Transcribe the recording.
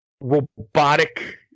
robotic